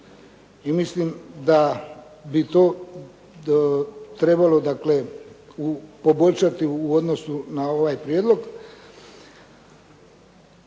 i mislim da bi to trebalo dakle poboljšati u odnosu na ovaj prijedlog.